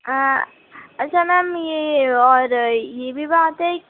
اچھا میم یہ اور یہ بھی بات ہے